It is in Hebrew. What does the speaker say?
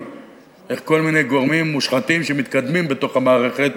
איך כל מיני גורמים מושחתים שמתקדמים בתוך המערכת